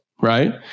Right